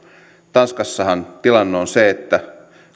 tanskassahan tilanne on se että